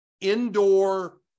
indoor